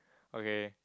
okay